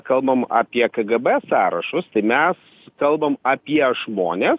kalbam apie kgb sąrašus tai mes kalbam apie žmones